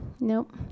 nope